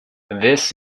this